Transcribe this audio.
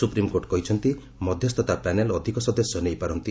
supreme court କହିଛନ୍ତି ମଧ୍ୟସ୍ଥତା panel ଅଧିକ ସଦସ୍ୟ ନେଇପାରନ୍ତି